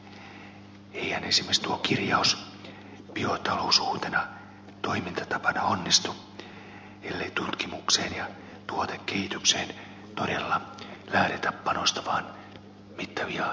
eihän esimerkiksi tuo kirjaus biotaloudesta uutena toimintatapana onnistu ellei tutkimukseen ja tuotekehitykseen todella lähdetä panostamaan mittavia taloudellisia panoksia